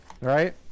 Right